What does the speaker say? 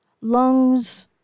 Lungs